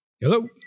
Hello